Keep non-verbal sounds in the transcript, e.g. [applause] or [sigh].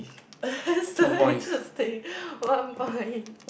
[laughs] so interesting oh I'm fine